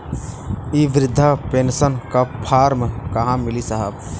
इ बृधा पेनसन का फर्म कहाँ मिली साहब?